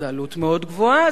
זו עלות מאוד גבוהה,